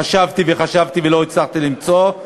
חשבתי וחשבתי ולא הצלחתי למצוא.